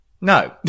No